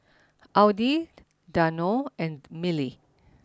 Audi Danone and Mili